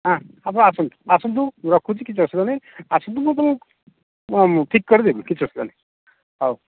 ହଁ ଆପଣ ଆସନ୍ତୁ ଆସନ୍ତୁ ମୁଁ ରଖୁଛି କିଛି ଅସୁବିଧା ନାଇଁ ଆସନ୍ତୁ ମୁଁ ତୁମକୁ ମୁଁ ମୁଁ ଠିକ୍ କରିଦେବି କିଛି ଅସୁବିଧା ନାଇଁ ହେଉ